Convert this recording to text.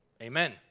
Amen